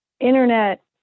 internet